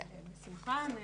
בבקשה.